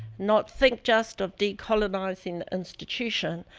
not think just of the colonizing institution,